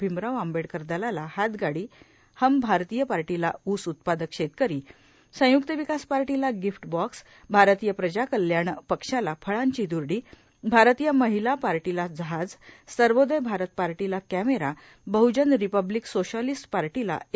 भीमराव आंबेडकर दलाला हातगाडी हम भारतीय पार्टीला ऊस उत्पादक शेतकरी संयूक्त विकास पार्टीला गिफ्टबॉक्स भारतीय प्रजाकल्याण पक्षाला फळांची द्रडी भारतीय महिला पार्टीला जहाज सर्वोदय भारत पार्टीला कॅमेरा बहजन रिपब्लीक सोशॅलिस्ट पार्टीला ए